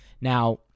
Now